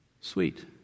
sweet